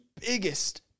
biggest